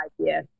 idea